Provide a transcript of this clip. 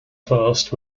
first